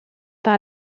par